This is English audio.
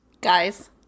Guys